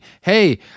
hey